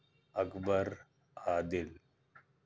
اکبر عادل